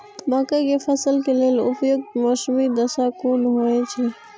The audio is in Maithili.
मके के फसल के लेल उपयुक्त मौसमी दशा कुन होए छै?